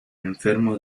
enfermo